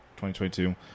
2022